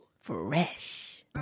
fresh